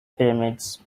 pyramids